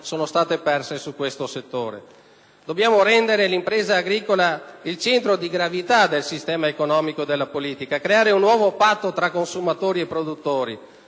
sono state perse in questo settore. Dobbiamo rendere l'impresa agricola il centro di gravità del sistema economico, creare un nuovo patto tra consumatori e produttori,